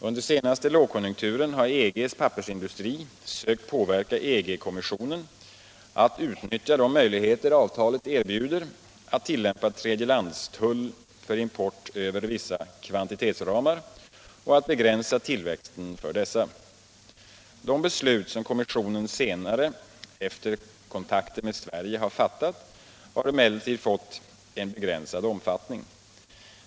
Under senaste lågkonjunkturen har EG:s pappersindustri sökt påverka EG-kommissionen att utnyttja de möjligheter avtalet erbjuder att tillämpa tredjelandstull för import över vissa kvantitetsramar och att begränsa tillväxten för dessa. De beslut som kommissionen senare efter kontakter med Sverige fattat har emellertid fått en begränsad omfattning.